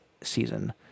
season